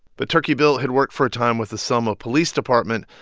but turkey bill had worked for a time with the selma police department,